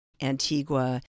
Antigua